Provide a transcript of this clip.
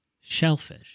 Shellfish